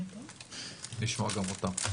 נשמע גם אותם.